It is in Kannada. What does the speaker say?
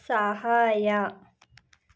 ಸಹಾಯ